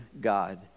god